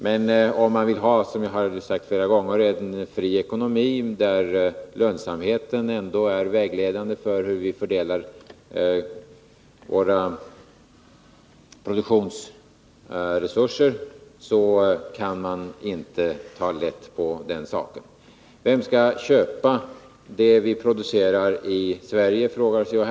Men om man —som jag nu har sagt flera gånger — vill ha en fri ekonomi, där lönsamheten ändå är vägledande för hur vi fördelar våra produktionsresurser, så kan man inte ta lätt på den saken. Vem skall köpa det vi producerar i Sverige — frågade C.-H.